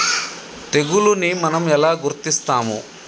తెగులుని మనం ఎలా గుర్తిస్తాము?